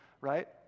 right